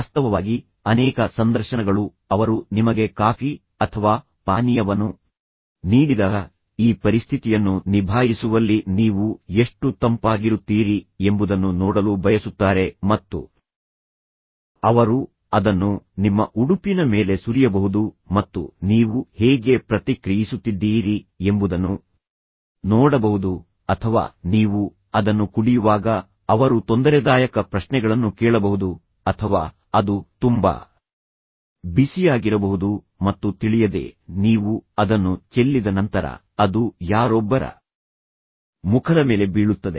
ವಾಸ್ತವವಾಗಿ ಅನೇಕ ಸಂದರ್ಶನಗಳು ಅವರು ನಿಮಗೆ ಕಾಫಿ ಅಥವಾ ಪಾನೀಯವನ್ನು ನೀಡಿದಾಗ ಈ ಪರಿಸ್ಥಿತಿಯನ್ನು ನಿಭಾಯಿಸುವಲ್ಲಿ ನೀವು ಎಷ್ಟು ತಂಪಾಗಿರುತ್ತೀರಿ ಎಂಬುದನ್ನು ನೋಡಲು ಬಯಸುತ್ತಾರೆ ಮತ್ತು ಅವರು ಅದನ್ನು ನಿಮ್ಮ ಉಡುಪಿನ ಮೇಲೆ ಸುರಿಯಬಹುದು ಮತ್ತು ನೀವು ಹೇಗೆ ಪ್ರತಿಕ್ರಿಯಿಸುತ್ತಿದ್ದೀರಿ ಎಂಬುದನ್ನು ನೋಡಬಹುದು ಅಥವಾ ನೀವು ಅದನ್ನು ಕುಡಿಯುವಾಗ ಅವರು ತೊಂದರೆದಾಯಕ ಪ್ರಶ್ನೆಗಳನ್ನು ಕೇಳಬಹುದು ಅಥವಾ ಅದು ತುಂಬಾ ಬಿಸಿಯಾಗಿರಬಹುದು ಮತ್ತು ತಿಳಿಯದೆ ನೀವು ಅದನ್ನು ಚೆಲ್ಲಿದ ನಂತರ ಅದು ಯಾರೊಬ್ಬರ ಮುಖದ ಮೇಲೆ ಬೀಳುತ್ತದೆ